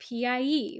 PIE